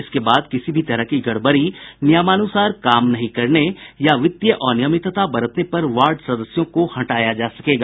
इसके बाद किसी भी तरह की गड़बड़ी नियमानुसार कार्य नहीं करने या वित्तीय अनियमितता बरतने पर वार्ड सदस्यों को हटाया जा सकेगा